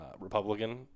Republican